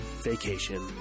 vacation